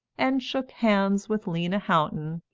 and shook hands with lena houghton,